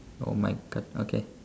oh my god okay